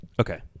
okay